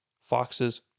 foxes